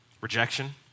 Rejection